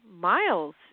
miles